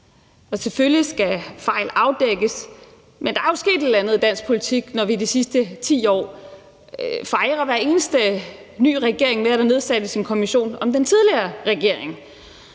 ej. Selvfølgelig skal fejl afdækkes, men der er jo sket et eller andet i dansk politik, når vi igennem de sidste 10 år har fejret hver eneste ny regering med, at der nedsættes en kommission om den tidligere regering.